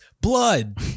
blood